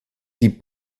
die